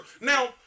now